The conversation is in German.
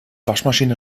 waschmaschine